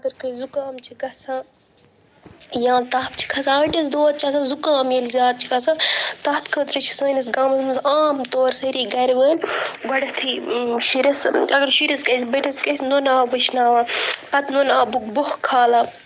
اگر کٲنٛسہِ زُکام چھِ گژھان یا تھپھ چھِ کھسان ۂٹِس دود چھِ آسان زُکام ییٚلہِ زیادٕ چھِ کھسان تَتھ خٲطرٕ چھِ سٲنِس گامَس منٛز عام طور سٲری گَرٕ وٲلۍ گۄڈٕٮ۪تھٕے شُرِس اگر شُرِس گژھِ بٔڑِس گَژھِ نُنہٕ آب وٕشناوان پَتہٕ نُنہٕ آبُک بۄہ کھالان